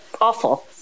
awful